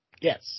Yes